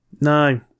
no